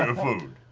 ah food?